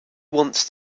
wants